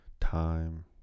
time